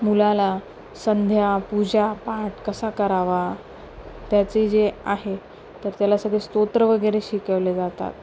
मुलाला संध्या पूजापाठ कसा करावा त्याचे जे आहे तर त्याला सगळे स्तोत्र वगैरे शिकवले जातात